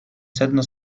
sedno